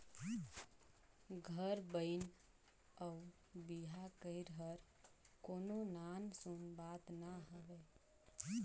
घर बनई अउ बिहा करई हर कोनो नान सून बात ना हवे